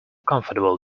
comfortable